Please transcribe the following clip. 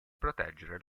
proteggere